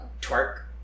twerk